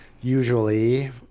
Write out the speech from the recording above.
usually